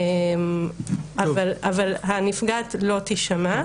אבל הנפגעת לא תישמע.